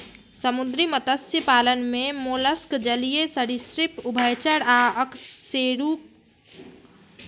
समुद्री मत्स्य पालन मे मोलस्क, जलीय सरिसृप, उभयचर आ अकशेरुकीय प्राणी आबै छै